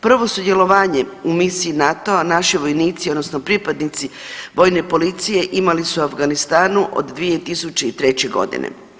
Prvo sudjelovanje u misiji NATO-a naši vojnici, odnosno pripadnici vojne policije mali su u Afganistanu od 2003. godine.